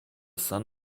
son